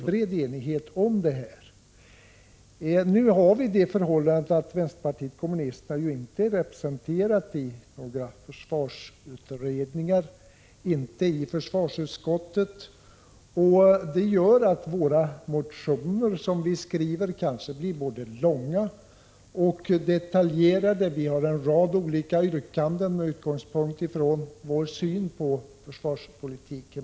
Vi har nu det förhållandet att vänsterpartiet kommunisterna inte är representerat i några försvarsutredningar eller i försvarsutskottet. Det gör att våra motioner kan bli både långa och detaljerade. Vi har en rad olika yrkanden med utgångspunkt i vår syn på försvarspolitiken.